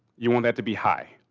you want that to be high.